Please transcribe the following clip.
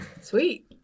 Sweet